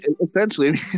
Essentially